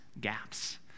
gaps